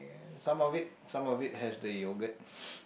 some of it some of it have the yogurt